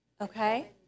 Okay